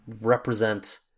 represent